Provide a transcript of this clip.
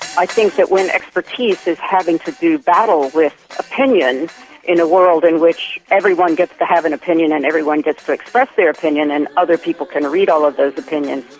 think that when expertise is having to do battle with opinions in a world in which everyone gets to have an opinion and everyone gets to express their opinion and other people can read all of those opinions,